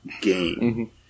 game